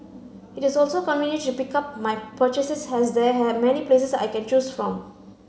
it is also convenient to pick up my purchases as there are many places I can choose from